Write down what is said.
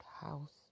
House